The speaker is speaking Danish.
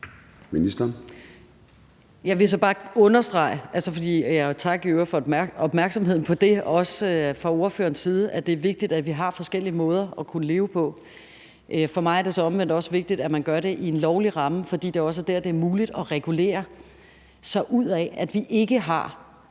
Jeg vil så bare understrege – og i øvrigt også takke for opmærksomheden på det fra spørgerens side – at det er vigtigt, at vi har forskellige måder at kunne leve på. For mig er det omvendt så også vigtigt, at man gør det inden for en lovlig ramme, fordi det der også er muligt at regulere sig ud af, at vi ikke har